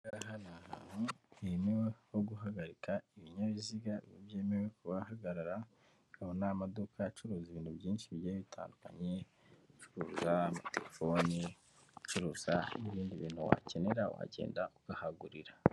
Ahantu hemewe ho guhagarika ibinyabiziga byemewe kubahagarara hari n'amaduka acuruza ibintu byinshi bigenda bitandukanye acuruza telefoni acuruza n'ibindi bintu wakenera wagenda ukahagurira.